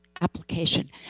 application